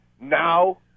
now